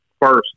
first